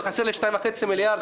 וחסרים לי 2.5 מיליארד,